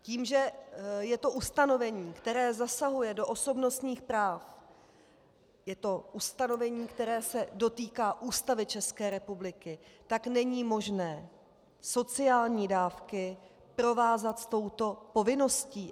Tím, že je to ustanovení, které zasahuje do osobnostních práv, je to ustanovení, které se dotýká Ústavy České republiky, tak není možné sociální dávky provázat s touto povinností.